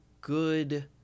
good